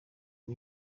bwa